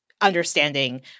understanding